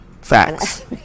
Facts